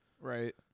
Right